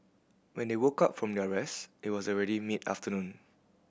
when they woke up from their rest it was already mid afternoon